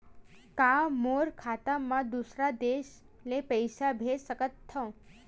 का मोर खाता म दूसरा देश ले पईसा भेज सकथव?